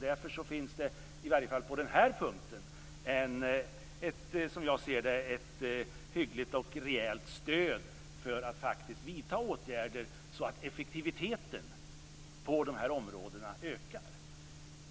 Därför finns det, i varje fall på den här punkten, ett hyggligt stöd för att vidta åtgärder så att effektiviteten på de här områdena ökar.